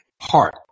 heart